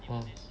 uh